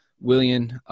William